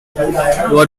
what